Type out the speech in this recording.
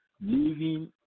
living